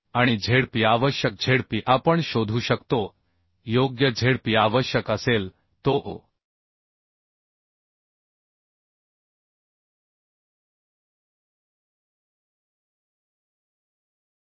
आणि zp आवश्यकzp आपण शोधू शकतो योग्य zp आवश्यक असेल तो m